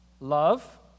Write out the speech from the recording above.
Love